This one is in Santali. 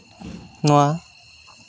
ᱱᱚᱣᱟ